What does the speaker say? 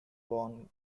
born